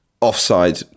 offside